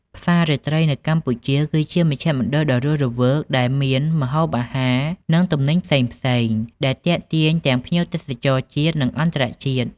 ផ្សាររាត្រីនៅកម្ពុជា គឺជាមជ្ឈមណ្ឌលដ៏រស់រវើកដែលមាន ម្ហូបអាហារ និងទំនិញផ្សេងៗ ដែលទាក់ទាញទាំងភ្ញៀវទេសចរជាតិ និងអន្តរជាតិ។